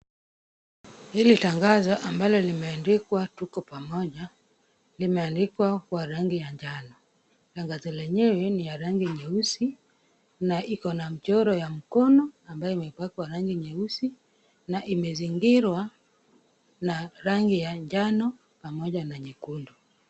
Hili tangazo ambalo limeandikwa Tuko Pamoja. Limeandikwa kwa rangi ya njano. Tangazo lenyewe ni la rangi nyeusi na liko na mchoro wa mkono ambao umepakwa rangi nyeusi na umezingirwa na rangi ya njano pamoja na nyekundu.